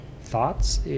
thoughts